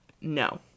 No